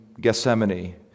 Gethsemane